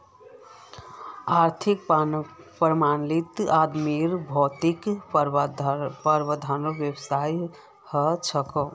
आर्थिक प्रणालीत आदमीर भौतिक प्रावधानेर व्यवस्था हछेक